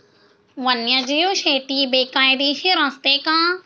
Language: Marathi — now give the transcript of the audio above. वन्यजीव शेती बेकायदेशीर असते का?